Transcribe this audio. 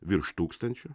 virš tūkstančio